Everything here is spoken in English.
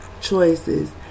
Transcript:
choices